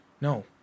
No